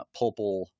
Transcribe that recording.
pulpal